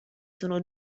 sono